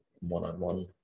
one-on-one